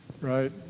right